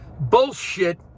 bullshit